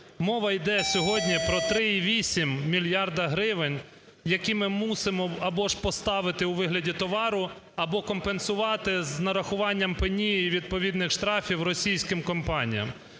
Мова йде сьогодні про 3,8 мільярда гривень, які ми мусимо або ж поставити у вигляді товару, або компенсувати з нарахуванням пені і відповідних штрафів російським компаніям.